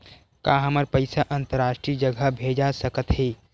का हमर पईसा अंतरराष्ट्रीय जगह भेजा सकत हे?